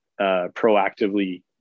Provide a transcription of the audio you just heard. proactively